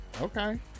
Okay